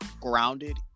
grounded